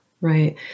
right